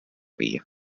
viia